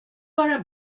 vara